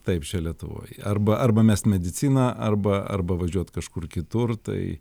taip čia lietuvoj arba arba mest mediciną arba arba važiuot kažkur kitur tai